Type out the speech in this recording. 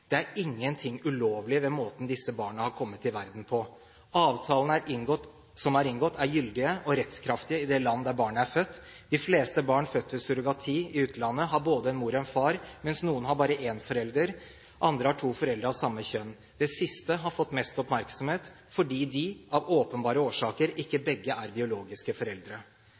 Det er ingenting ulovlig ved måten disse barna er kommet til verden på. Avtalene som er inngått, er gyldige og rettskraftige i det land der barnet er født. De fleste barn født ved surrogati i utlandet, har både en mor og en far, mens noen har bare én forelder, andre har to foreldre av samme kjønn. Det siste har fått mest oppmerksomhet, fordi de – av åpenbare årsaker – ikke begge er biologiske foreldre.